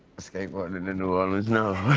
skateboarding in new orleans, no.